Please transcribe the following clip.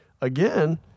again